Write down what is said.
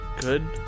Good